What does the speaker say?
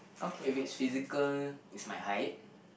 if it's physical it's my height